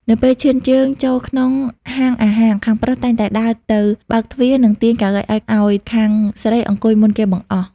នៅពេលឈានជើងចូលក្នុងហាងអាហារ ខាងប្រុស តែងតែដើរទៅបើកទ្វារ និងទាញកៅអីឱ្យខាងស្រីអង្គុយមុនគេបង្អស់។